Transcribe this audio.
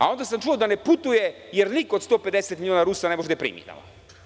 Onda sam čuo da ne putuje, jer niko od 150 miliona Rusa ne može da je primi tamo.